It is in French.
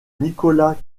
nicolas